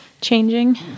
changing